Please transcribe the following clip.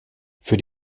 für